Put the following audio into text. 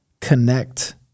connect